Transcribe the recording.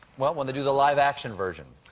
well, when they do the live action version,